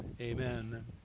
Amen